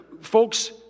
folks